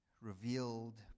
revealed